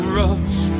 rush